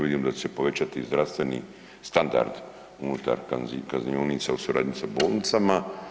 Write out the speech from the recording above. Vidim da će se povećati i zdravstveni standard unutar kaznionica u suradnji sa bolnicama.